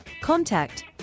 contact